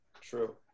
true